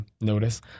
notice